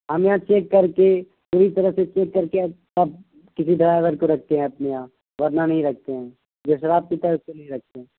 ہم یہاں چیک کر کے پوری طرح سے چیک کر کے تب کسی ڈرائیور کو رکھتے ہیں اپنے یہاں ورنہ نہیں رکھتے ہیں جو شراب پیتا ہے اس کو نہیں رکھتے ہیں